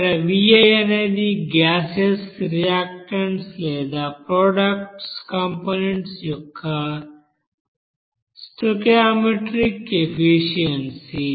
ఇక్కడ Vi అనేది gaseous reactants లేదా ప్రొడక్ట్స్ కంపోనెంట్స్ యొక్క స్టోయికియోమెట్రిక్ ఎఫిసీఎంసీ